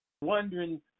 wondering